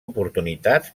oportunitats